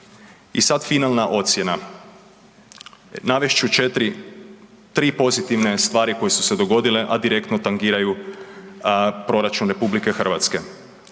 I sada finalna ocjena. Navest ću 4, 3 pozitivne stvari koje su se dogodile, a direktno tangiraju proračun RH. Financijska